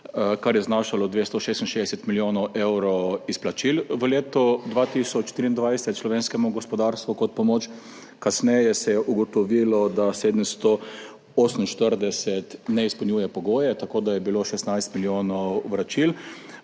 kar je znašalo 266 milijonov evrov izplačil v letu 2023 kot pomoč slovenskemu gospodarstvu. Kasneje se je ugotovilo, da jih 748 ne izpolnjuje pogojev, tako da je bilo 16 milijonov vračil,